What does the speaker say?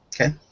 Okay